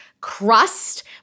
crust